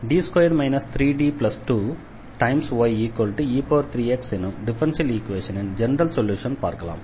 D2 3D2ye3x எனும் differential ஈக்வேஷனின் general சொல்யூஷனை பார்க்கலாம்